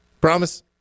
Promise